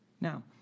Now